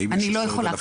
האם יש 10,000,